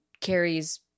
carries